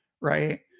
right